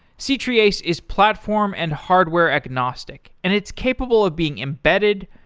c-treeace is platform and hardware-agnostic and it's capable of being embedded,